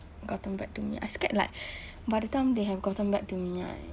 gotten back to me I scared like by the time they have gotten back to me right